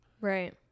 Right